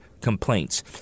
complaints